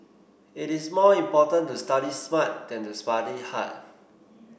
it is more important to study smart than to study hard